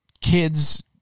kids